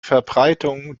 verbreitung